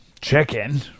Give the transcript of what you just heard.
chicken